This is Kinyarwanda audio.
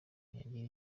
ntiyagira